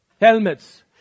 helmets